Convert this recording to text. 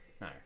No